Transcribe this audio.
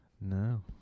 no